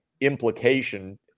implication